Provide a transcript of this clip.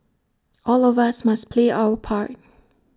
all of us must play our part